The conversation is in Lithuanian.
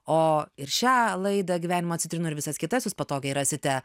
o ir šią laidą gyvenimo citrinų ir visas kitas jūs patogiai rasite